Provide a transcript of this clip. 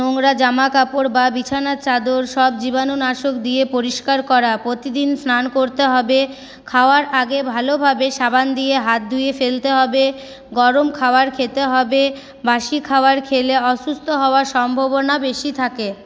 নোংরা জামাকাপড় বা বিছানার চাদর সব জীবাণুনাশক দিয়ে পরিষ্কার করা প্রতিদিন স্নান করতে হবে খাওয়ার আগে ভালোভাবে সাবান দিয়ে হাত ধুয়ে ফেলতে হবে গরম খাওয়ার খেতে হবে বাসি খাবার খেলে অসুস্থ হবার সম্ভাবনা বেশী থাকে